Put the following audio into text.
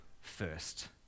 first